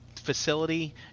facility